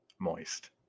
moist